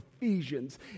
Ephesians